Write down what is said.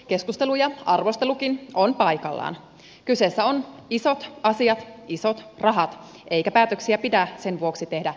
keskustelu ja arvostelukin on paikallaan kyseessä ovat isot asiat isot rahat eikä päätöksiä pidä sen vuoksi tehdä hätiköiden